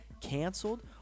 canceled